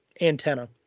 antenna